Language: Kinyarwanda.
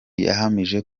yahamije